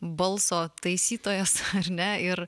balso taisytojas ar ne ir